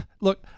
look